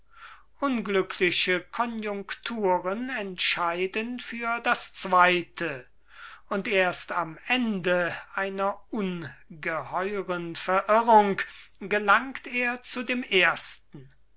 unglückliche konjunkturen entscheiden für das zweyte und erst am ende einer ungeheuren verirrung gelangt er zu dem ersten